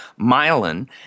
myelin